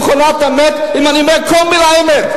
במכונת אמת אם אני אומר כל מלה אמת.